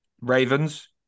Ravens